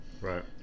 Right